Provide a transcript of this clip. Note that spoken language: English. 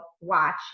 watch